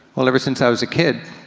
well ever since i was a kid,